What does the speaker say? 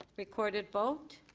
recorded vote.